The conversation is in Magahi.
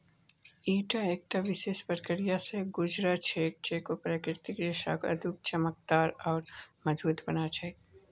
ईटा एकता विशेष प्रक्रिया स गुज र छेक जेको प्राकृतिक रेशाक अधिक चमकदार आर मजबूत बना छेक